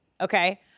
Okay